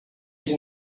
ele